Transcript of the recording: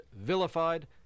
vilified